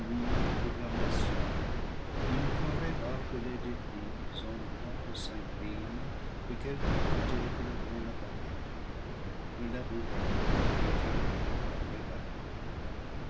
pour la moisson une forêt barbelée d'épis ondoie et s'incline de quelque côté que le vent la balaye le laboureur inquiet regarde